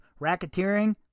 racketeering